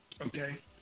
Okay